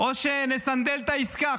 או שנסנדל את העסקה.